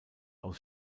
aus